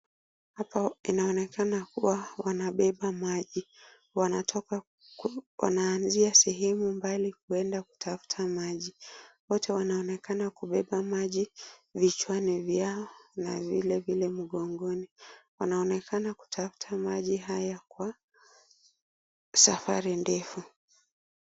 Hapa inaonekana kuwa wanabeba maji, inaonekana wanaanzia sehemu mbali kuenda kutafuta maji. Wote wanaonekana kubeba maji vichwani vyao na vile vile mgongoni, wanaonekana kutafta maji haya kwa safari ndefu.